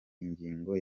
ingingo